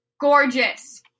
Gorgeous